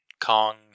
Kong